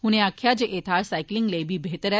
उनें आक्खेआ एह् थाह्र साईकलिंग लेई बी बेह्तर ऐ